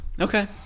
Okay